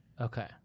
okay